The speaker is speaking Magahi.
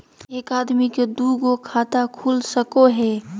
एक आदमी के दू गो खाता खुल सको है?